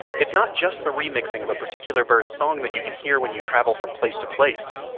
it's not just the remixing of a particular bird's song that you can hear when you travel from place to place.